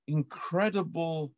incredible